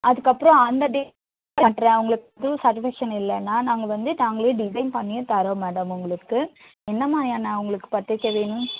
அதுக்கப்புறம் அந்த டிசைன் காட்டுறேன் அப்புறம் அவர்களுக்கு ஃபுல் சாட்டிஸ்ஃபாக்ஷன் இல்லைன்னா நாங்கள் வந்து நாங்களே டிசைன் பண்ணியே தரோம் மேடம் உங்களுக்கு என்ன மாதிரியான உங்களுக்கு பத்திரிக்கை வேணும்